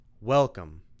Welcome